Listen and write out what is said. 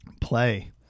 play